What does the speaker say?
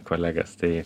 kolegas tai